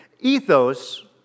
Ethos